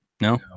No